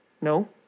No